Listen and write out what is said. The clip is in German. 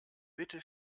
bitte